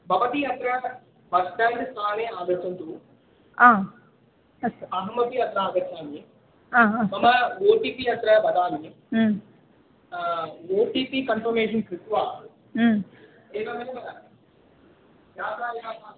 भवती अत्र bus stand स्थाने आगच्छन्तु आ अस्तु अहमपि अत्र आगच्छामि आ हा मम ओ टि पि अत्र वदामि मम ओ टि पि कन्फ़मेशन् कृत्वा मम एवमेव यातायाता